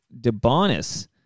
Debonis